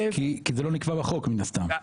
כי זה לא נקבע בחוק מן הסתם.